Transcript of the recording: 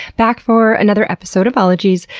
back for another episode of ologies.